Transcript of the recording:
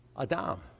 Adam